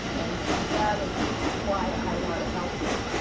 and and that is why i want to help you.